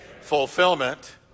Fulfillment